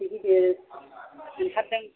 उन्दै गेदेर मोनथारदों